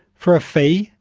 for a fee,